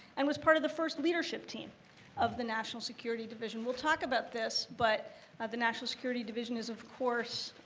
and was part of the first leadership team of the national security division. we'll talk about this, but the national security division is, of course,